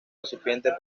recipiente